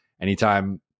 Anytime